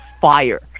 fire